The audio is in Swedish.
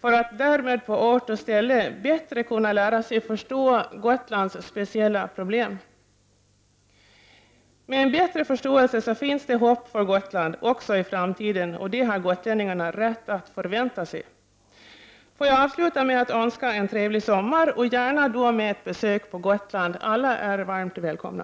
för att därmed på ort och ställe bättre kunna lära sig förstå Gotlands speciella problem. Med en bättre förståelse finns det hopp för Gotland också i framtiden, och det har gotlänningarna rätt att förvänta sig. Får jag avsluta med att önska en trevlig sommar — gärna med ett besök på Gotland. Alla är varmt välkomna.